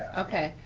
okay,